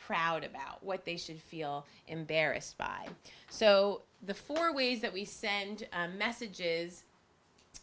proud about what they should feel embarrassed by so the four ways that we send messages